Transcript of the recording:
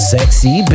Sexy